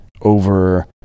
over